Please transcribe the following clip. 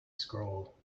scroll